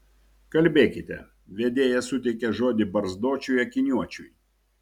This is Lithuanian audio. kalbėkite vedėja suteikė žodį barzdočiui akiniuočiui